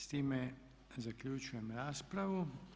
S time zaključujem raspravu.